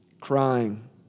crying